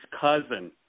cousin